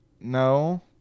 No